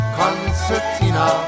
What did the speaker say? concertina